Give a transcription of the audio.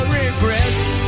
regrets